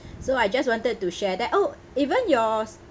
so I just wanted to share that oh even yours